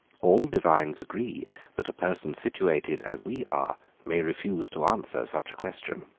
all divines agree that a person situated as we are may refuse to answer such a question.